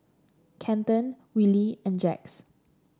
Kenton Willie and Jax